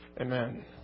Amen